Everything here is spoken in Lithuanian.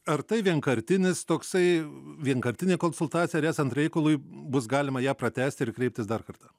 ar tai vienkartinis toksai vienkartinė konsultacija ar esant reikalui bus galima ją pratęsti ir kreiptis dar kartą